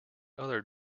other